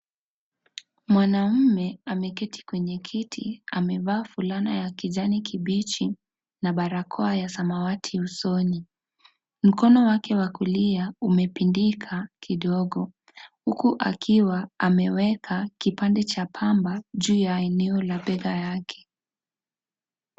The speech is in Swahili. Mwanamme ameketi kwenye kiti amevaa fulana ya kijani kibichi na barakoa ya samawati usoni. Mkono wake wa kulia umepindika kidogo huku akiwa ameweka kipande cha pamba juu ya eneo la bega yake.